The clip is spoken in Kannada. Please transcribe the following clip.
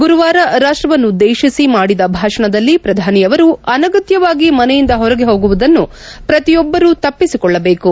ಗುರುವಾರ ರಾಷ್ಲವನ್ನುದ್ಲೇತಿಸಿದ ಮಾಡಿದ ಭಾಷಣದಲ್ಲಿ ಪ್ರಧಾನಿಯವರು ಅನಗತ್ಯವಾಗಿ ಮನೆಯಿಂದ ಹೊರಗೆ ಹೋಗುವುದನ್ನು ಪ್ರತಿಯೊಬ್ಬರೂ ತಪ್ಪಿಸಿಕೊಳ್ಳಬೇಕು